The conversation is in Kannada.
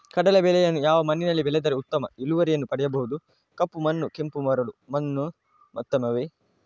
ಕಡಲೇ ಬೆಳೆಯನ್ನು ಯಾವ ಮಣ್ಣಿನಲ್ಲಿ ಬೆಳೆದರೆ ಉತ್ತಮ ಇಳುವರಿಯನ್ನು ಪಡೆಯಬಹುದು? ಕಪ್ಪು ಮಣ್ಣು ಕೆಂಪು ಮರಳು ಮಣ್ಣು ಉತ್ತಮವೇ?